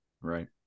Right